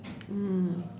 mm